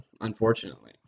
unfortunately